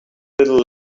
little